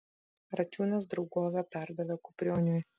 račiūnas draugovę perdavė kuprioniui